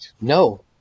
No